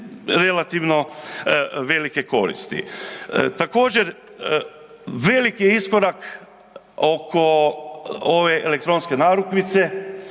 relativno velike koristi. Također, veliki je iskorak oko ove elektronske narukvice,